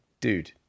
dude